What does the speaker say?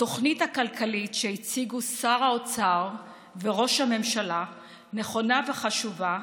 התוכנית הכלכלית שהציגו שר האוצר וראש הממשלה נכונה וחשובה.